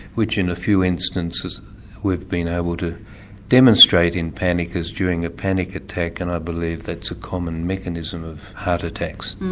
which in a few instances we've been able to demonstrate in panickers during a panic attack and i believe that's a common mechanism of heart attacks.